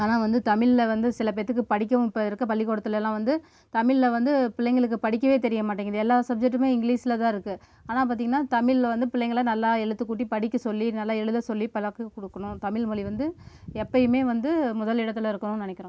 ஆனால் வந்து தமிழில் வந்து சில பேர்த்துக்கு படிக்கவும் இப்போ இருக்க பள்ளிக்கூடத்துலலாம் வந்து தமிழில் வந்து பிள்ளைங்களுக்கு படிக்கவே தெரியமாட்டேங்கிது எல்லா சப்ஜெக்ட்டுமே இங்கிலீஷில் தான் இருக்குது ஆனால் பாத்திங்கனா தமிழ் வந்து பிள்ளைங்கள்லாம் நல்லா எழுத்து கூட்டி படிக்கச் சொல்லி நல்லா எழுத சொல்லி பழக்கம் கொடுக்கணும் தமிழ்மொழி வந்து எப்போயுமே வந்து முதல் இடத்தில் இருக்கணும்னு நினைக்கிறோம்